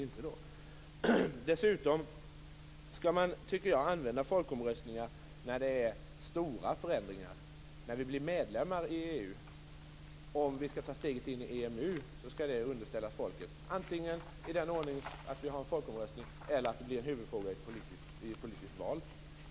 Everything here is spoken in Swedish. Jag tycker dessutom att man skall använda folkomröstningar när vi står inför stora förändringar, såsom i frågan om medlemskapet i EU. Om det blir aktuellt att ta steget in i EMU, skall det underställas folket antingen i form av en folkomröstning eller som en huvudfråga i ett allmänt politiskt val.